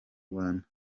rwanda